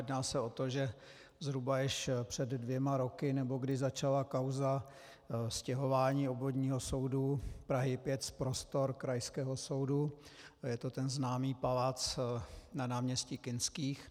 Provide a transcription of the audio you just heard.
Jedná se o to, že zhruba již před dvěma roky nebo kdy začala kauza stěhování Obvodního soudu Prahy 5 z prostor krajského soudu, je to ten známý palác na náměstí Kinských.